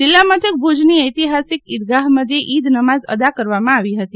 જિલ્લા મથક ભુજની ઐતિહાસીક ઈદગાહ મધ્યે ઈદ નમાઝ અદા કરવામાં આવી હતી